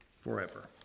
forever